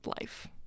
life